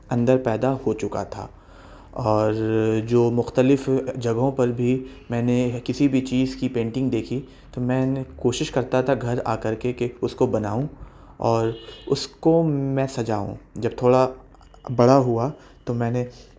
اندر پیدا ہو چکا تھا اور جو مختلف جگہوں پر بھی میں نے کسی بھی چیز کی پینٹنگ دیکھی تو میں نے کوشش کرتا تھا گھر آ کر کے کہ اس کو بناؤں اور اس کو میں سجاؤں جب تھوڑا بڑا ہوا تو میں نے